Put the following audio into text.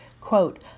quote